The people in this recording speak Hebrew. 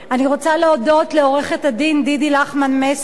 אני רוצה להודות לעורכת-הדין דידי לחמן-מסר,